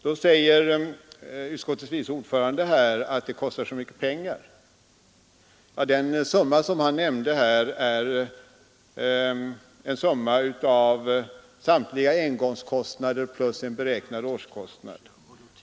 Då säger utskottets vice ordförande att det kostar så mycket pengar. Ja, den summa som vice ordföranden nämnde avser samtliga engångskostnader plus en beräknad årskostnad.